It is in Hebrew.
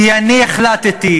כי אני החלטתי,